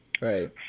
Right